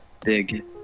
big